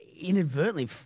Inadvertently